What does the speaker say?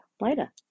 later